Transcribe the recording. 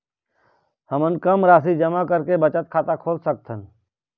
हमन कम राशि जमा करके बचत खाता खोल सकथन?